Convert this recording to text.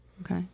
Okay